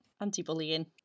anti-bullying